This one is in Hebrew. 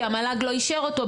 כי המל"ג לא אישר אותו,